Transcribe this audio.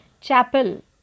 chapel